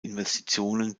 investitionen